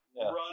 Run